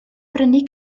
brynu